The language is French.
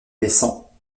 baissant